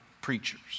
preachers